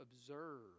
observe